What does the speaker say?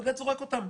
בג"ץ זורק אותם,